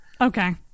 Okay